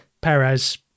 Perez